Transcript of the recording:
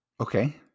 Okay